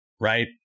Right